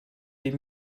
les